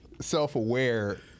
self-aware